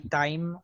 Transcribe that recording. time